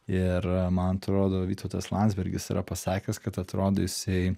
ir man atrodo vytautas landsbergis yra pasakęs kad atrodo jisai